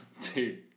two